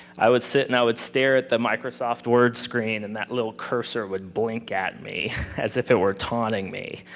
i would sit, and i would stare at the microsoft word screen, and that little cursor would blink at me as if it were taunting me.